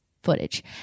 Footage